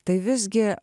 tai visgi